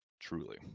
Truly